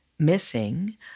missing